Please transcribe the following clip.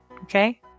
Okay